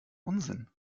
unsinn